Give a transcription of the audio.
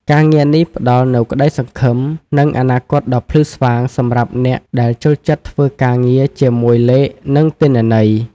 ការងារនេះផ្តល់នូវក្តីសង្ឃឹម និងអនាគតដ៏ភ្លឺស្វាងសម្រាប់អ្នកដែលចូលចិត្តធ្វើការងារជាមួយលេខ និងទិន្នន័យ។